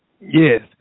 Yes